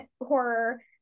horror